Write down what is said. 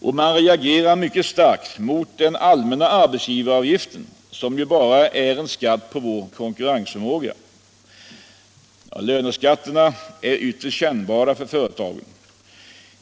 Och man reagerar mycket starkt mot den allmänna arbetsgivaravgiften, som ju bara är en skatt på vår konkurrensförmåga. Löneskatterna är ytterst kännbara för företagen.